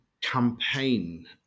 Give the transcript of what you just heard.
campaign